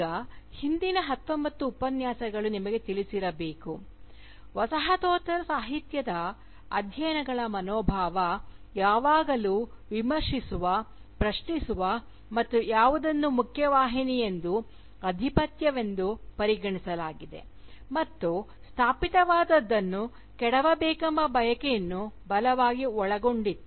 ಈಗ ಹಿಂದಿನ ಹತ್ತೊಂಬತ್ತು ಉಪನ್ಯಾಸಗಳು ನಿಮಗೆ ತಿಳಿಸಿರಬೇಕು ವಸಾಹತೋತ್ತರ ಸಾಹಿತ್ಯದ ಅಧ್ಯಯನಗಳ ಮನೋಭಾವ ಯಾವಾಗಲೂ ವಿಮರ್ಶಿಸುವ ಪ್ರಶ್ನೆಸುವ ಮತ್ತು ಯಾವುದನ್ನು ಮುಖ್ಯವಾಹಿನಿಯೆಂದು ಆಧಿಪತ್ಯವೆಂದು ಪರಿಗಣಿಸಲಾಗಿದೆ ಮತ್ತು ಸ್ಥಾಪಿತವಾದದ್ದನ್ನು ಕೆಡವಬೇಕೆಂಬ ಬಯಕೆಯನ್ನು ಬಲವಾಗಿ ಒಳಗೊಂಡಿತ್ತು